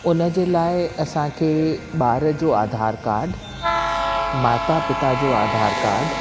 उन जे लाइ असांखे ॿार जो आधार काड माता पिता जो आधार काड